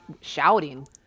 shouting